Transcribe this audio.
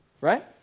right